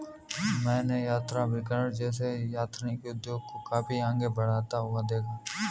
मैंने यात्राभिकरण जैसे एथनिक उद्योग को काफी आगे बढ़ता हुआ देखा है